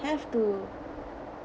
have to